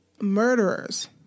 murderers